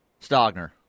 Stogner